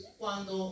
cuando